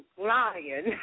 lying